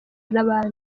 n’abandi